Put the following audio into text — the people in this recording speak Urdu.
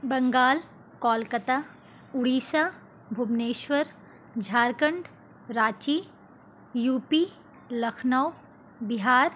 بنگال کولکتہ اڑیسہ بھبنیشور جھارکھنڈ راچی یوپی لکھنؤ بہار